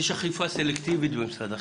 יש אכיפה סלקטיבית במשרד החינוך.